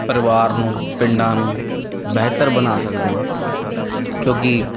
ਪਰਿਵਾਰ ਨੂੰ ਪਿੰਡਾਂ ਨੂੰ ਬਿਹਤਰ ਬਣਾ ਸਕਦੇ ਹਾਂ ਕਿਉਂਕਿ